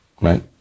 right